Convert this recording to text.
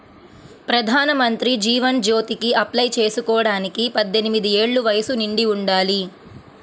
ప్రధానమంత్రి జీవన్ జ్యోతికి అప్లై చేసుకోడానికి పద్దెనిది ఏళ్ళు వయస్సు నిండి ఉండాలి